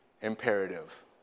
imperative